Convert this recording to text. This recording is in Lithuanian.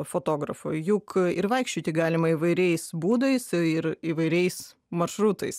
fotografui juk ir vaikščioti galima įvairiais būdais ir įvairiais maršrutais